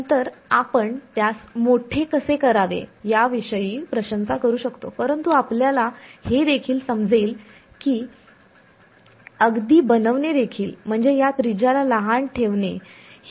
नंतर आपण त्यास मोठे कसे करावे याविषयी प्रशंसा करू शकतो परंतु आपल्याला हे देखील समजेल की अगदी बनविणे देखील म्हणजे या त्रिज्याला लहान ठेवणे ही एक आव्हानात्मक समस्या आहे